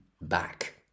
back